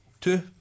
Two